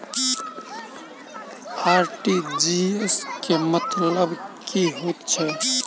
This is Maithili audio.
आर.टी.जी.एस केँ मतलब की हएत छै?